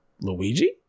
Luigi